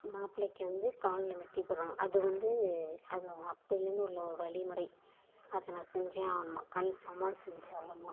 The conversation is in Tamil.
மாப்பிளைக்கி வந்து காலில் மெட்டி போடுறாங்க அது வந்து அது அப்போலேருந்து உள்ள ஒரு வழிமுறை அதெல்லாம் செஞ்சே ஆகணுமா கன்ஃபார்மாக செஞ்சாகணுமா